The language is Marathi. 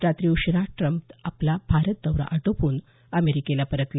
रात्री उशीरा ट्रम्प आपला भारत दौरा आटोपून अमेरिकेला परतले